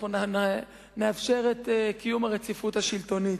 אנחנו נאפשר את קיום הרציפות השלטונית.